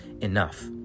enough